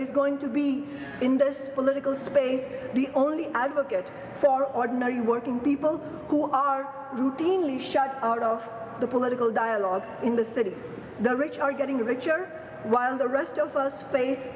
is going to be in this political space the only advocates for ordinary working people who are routinely shut out of the political dialogue in the city the rich are getting richer while the rest of us face